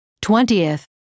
Twentieth